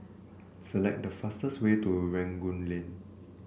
select the fastest way to Rangoon Lane